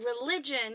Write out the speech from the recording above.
religion